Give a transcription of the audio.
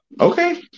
okay